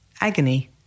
Agony